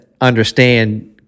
understand